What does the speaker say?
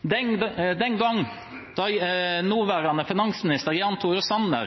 Den gangen, da